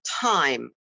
time